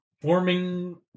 forming